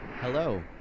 Hello